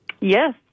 Yes